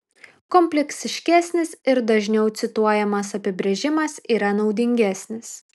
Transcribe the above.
kompleksiškesnis ir dažniau cituojamas apibrėžimas yra naudingesnis